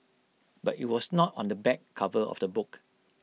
but IT was not on the back cover of the book